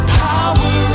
power